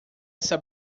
essa